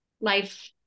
life